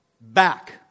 back